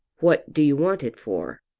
what do you want it for?